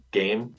game